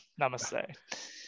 namaste